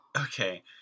Okay